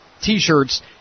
T-shirts